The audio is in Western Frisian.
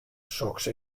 soks